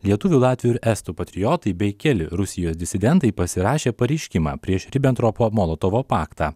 lietuvių latvių ir estų patriotai bei keli rusijos disidentai pasirašė pareiškimą prieš ribentropo molotovo paktą